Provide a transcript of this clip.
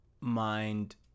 mind